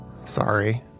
Sorry